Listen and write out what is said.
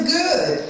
good